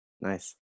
Nice